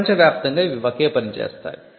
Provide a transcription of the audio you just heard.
ప్రపంచ వ్యాప్తంగా ఇవి ఒకే పని చేస్తాయి